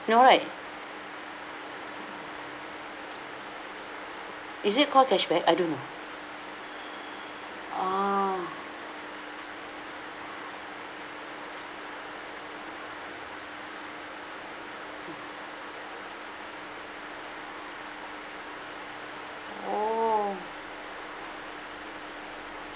no right is it call cashback I don't know ah oh